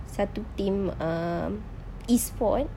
satu team um e-sports